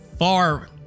Far